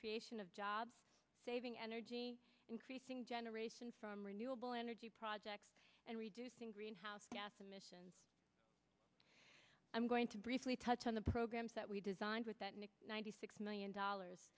creation of jobs saving energy increasing generation from renewable energy projects and reducing greenhouse gas emissions i'm going to briefly touch on the programs that we designed with that new ninety six million dollars